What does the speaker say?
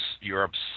Europe's